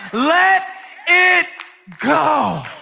let it go!